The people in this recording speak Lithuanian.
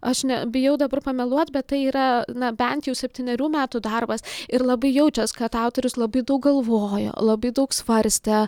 aš ne bijau dabar pameluot bet tai yra na bent jau septynerių metų darbas ir labai jaučias kad autorius labai daug galvojo labai daug svarstė